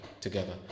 together